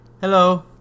hello